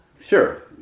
sure